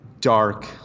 dark